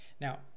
Now